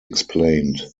explained